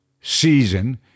season